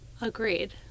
Agreed